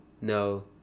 No